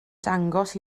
dangos